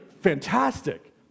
fantastic